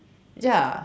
ya